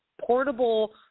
portable